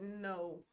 no